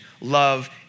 love